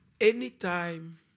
Anytime